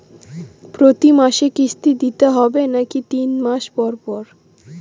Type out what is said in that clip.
প্রতিমাসে কিস্তি দিতে হবে নাকি তিন মাস পর পর?